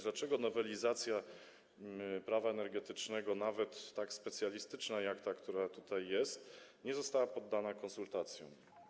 Dlaczego nowelizacja Prawa energetycznego, nawet tak specjalistyczna, jak ta, która tutaj jest, nie została poddana konsultacjom?